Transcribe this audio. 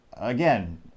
again